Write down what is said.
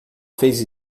fez